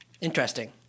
Interesting